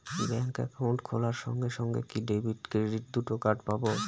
Bank account খোলার সঙ্গে সঙ্গে কি ডেবিট ক্রেডিট দুটো কার্ড পাবো?